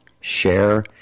share